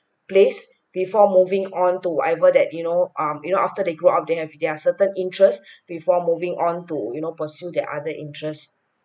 place before moving on to whatever that you know um you know after they grew up they have their certain interests before moving onto you know pursue their other interests